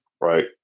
Right